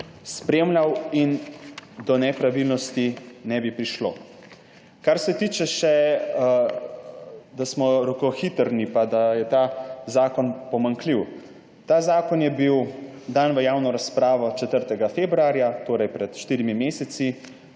spremljal in do nepravilnosti ne bi prišlo. Kar se tiče še, da smo rokohitrski pa da je ta zakon pomanjkljiv. Ta zakon je bil dan v javno razpravo 4. februarja, torej pred štirimi